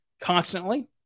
constantly